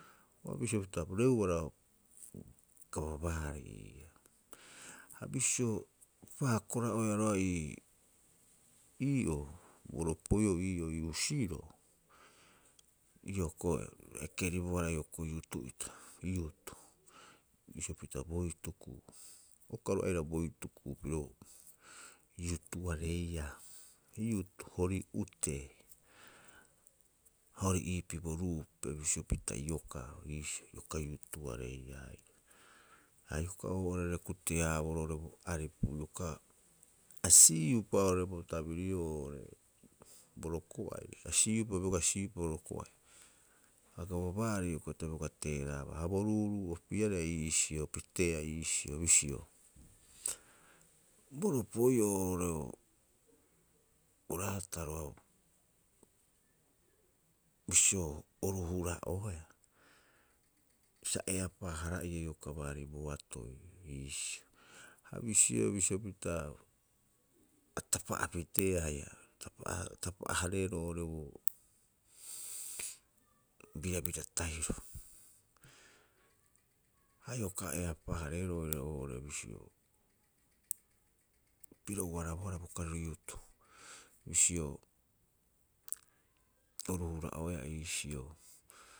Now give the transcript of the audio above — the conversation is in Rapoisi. O bisio pita re'uara gavamant ii'oo. Ha bisio paakora'oeaa roga'a ii ii'oo, boropoi'oo ii'oo ii husiroo, hioko'i a ekeribohara hioko'i youth ita. Youth, bisio pita bo hituku uka oru aira bo hituku piro youth areiaa. Youth hori utee. Ha ori iipii bo ruupe bisio pita iokaa o iisio, ioka youth areiaa haia. Ha ioka oo'orere kute- haraboroo oo'ore bo aripu iokaa. A si'iupa oo'ore bo tabiri'oo oo'ore bo roko'ai, a si'iupa bioga si'iupa bo roko'ai. Ha gavamant hioko'i ta bioga teera'aba. Ha bo ruuru'opiarei a iisio piteea iisio bisio, bo ropoi'oo oo'ore bo raataro bisio oru hura'oeaa, sa eapaa- hara'ihe ioka baarii boatoi iisio. Ha bisio, bisio pita atapa'a piteea haia tapa'a- tapa'a- hareeroo oo'ore bo birabira tahiro. Ha ioka eapaa- hareero oiraba oo'ore bisio, piro ubarabohara bo kariro youth, bisio oru hura'oeaa iisio.